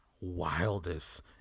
wildest